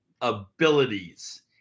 abilities